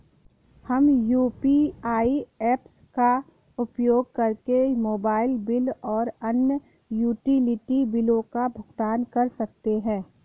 हम UPI apps का उपयोग करके मोबाइल बिल और अन्य यूटिलिटी बिलों का भुगतान कर सकते हैं